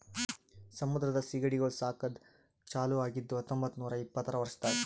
ಸಮುದ್ರದ ಸೀಗಡಿಗೊಳ್ ಸಾಕದ್ ಚಾಲೂ ಆಗಿದ್ದು ಹತೊಂಬತ್ತ ನೂರಾ ಇಪ್ಪತ್ತರ ವರ್ಷದಾಗ್